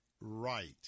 right